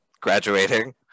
graduating